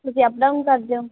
ਤੁਸੀਂ ਡਾਊਨ ਕਰਦੇ ਹੋ